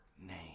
name